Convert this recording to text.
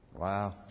Wow